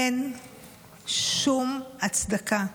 אין שום הצדקה,